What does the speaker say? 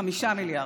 5 מיליארד.